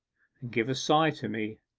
give a sigh to me,